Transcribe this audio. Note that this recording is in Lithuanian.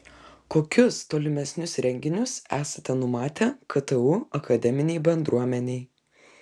kokius tolimesnius renginius esate numatę ktu akademinei bendruomenei